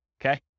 okay